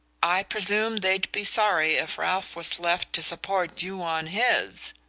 i presume they'd be sorry if ralph was left to support you on his.